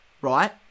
right